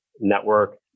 network